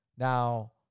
Now